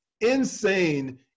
insane